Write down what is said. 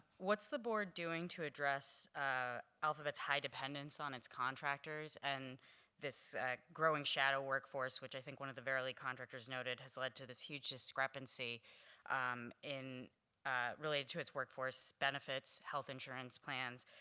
what's the board doing to address ah alphabet's high dependence on its contractors and this growing shadow workforce which i think one of the verily contractors noted has led to this huge discrepancy in related to its workforce, benefits, health insurance plans,